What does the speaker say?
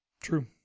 True